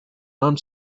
armed